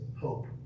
hope